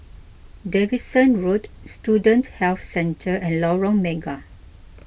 Davidson Road Student Health Centre and Lorong Mega